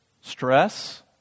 Stress